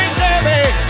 baby